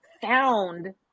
found